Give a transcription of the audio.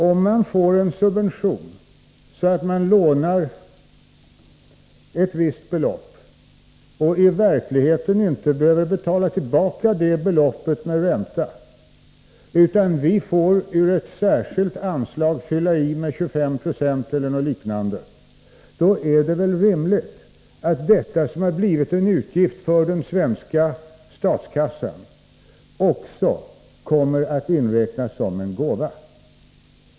Om vi ger en subvention genom att den som lånar ett visst belopp i verkligheten inte behöver betala tillbaka det beloppet med ränta, utan vi fyller på med 25 96 eller något liknande ur ett särskilt anslag, då är det väl rimligt att detta, som har blivit en utgift för den svenska statskassan, också inräknas som en gåva.